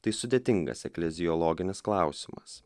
tai sudėtingas ekleziologinis klausimas